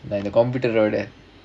computer ஓட:oda